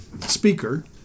speaker